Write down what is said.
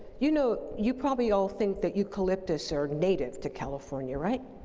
you know you probably all think that eucalyptus are native to california, right?